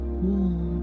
warm